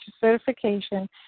Certification